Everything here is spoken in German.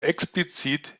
explizit